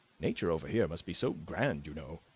nature over here must be so grand, you know.